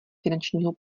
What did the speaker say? finančního